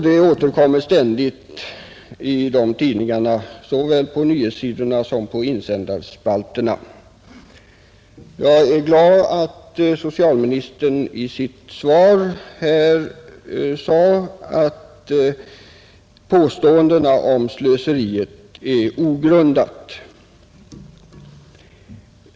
Detta återkommer ständigt i dessa tidningar, såväl på nyhetssidorna som i insändarspalterna. Jag är glad att socialministern i sitt svar här sade att påståendena om slöseri är ogrundade.